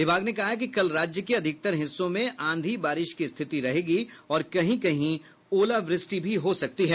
विभाग ने कहा है कि कल राज्य के अधिकतर हिस्सों में आंधी बारिश की स्थिति रहेगी और कहीं कहीं ओलावृष्टि भी हो सकती है